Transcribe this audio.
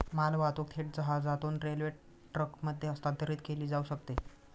मालवाहतूक थेट जहाजातून रेल्वे ट्रकमध्ये हस्तांतरित केली जाऊ शकते